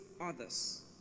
others